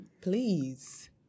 Please